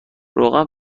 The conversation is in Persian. روغن